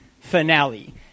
finale